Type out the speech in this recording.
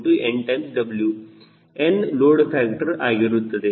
𝐿 𝑛𝑊 n load factor ಆಗಿರುತ್ತದೆ